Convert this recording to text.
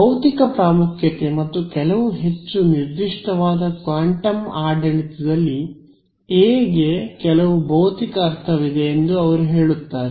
ಭೌತಿಕ ಪ್ರಾಮುಖ್ಯತೆ ಮತ್ತು ಕೆಲವು ಹೆಚ್ಚು ನಿರ್ದಿಷ್ಟವಾದ ಕ್ವಾಂಟಮ್ ಆಡಳಿತದಲ್ಲಿ ಎ ಗೆ ಕೆಲವು ಭೌತಿಕ ಅರ್ಥವಿದೆ ಎಂದು ಅವರು ಹೇಳುತ್ತಾರೆ